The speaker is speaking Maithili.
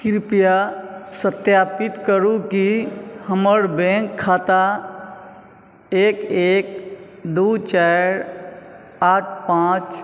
कृपया सत्यापित करू की हमर बैंक खाता एक एक दू चारि आठ पाँच